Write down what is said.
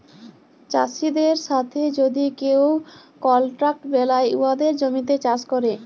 চাষীদের সাথে যদি কেউ কলট্রাক্ট বেলায় উয়াদের জমিতে চাষ ক্যরে